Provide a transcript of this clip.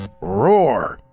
Roar